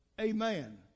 Amen